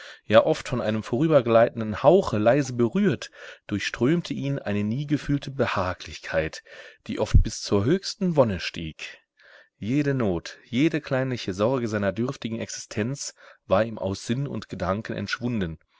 ja oft von einem vorübergleitenden hauche leise berührt durchströmte ihn eine nie gefühlte behaglichkeit die oft bis zur höchsten wonne stieg jede not jede kleinliche sorge seiner dürftigen existenz war ihm aus sinn und gedanken entschwunden